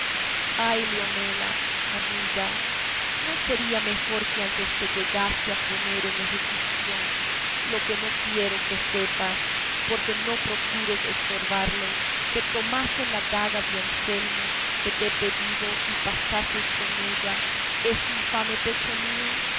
ay leonela amiga no sería mejor que antes que llegase a poner en ejecución lo que no quiero que sepas porque no procures estorbarlo que tomases la daga de anselmo que te he pedido y pasases con ella este infame pecho mío